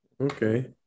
Okay